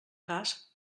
cas